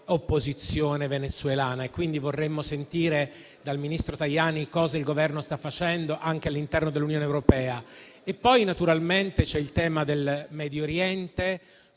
opposizione venezuelana. Vorremmo sentire dal ministro Tajani cosa il Governo sta facendo anche all'interno dell'Unione europea. Poi c'è il tema del Medio Oriente,